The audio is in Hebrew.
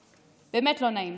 באמת לא נעים.